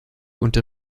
unter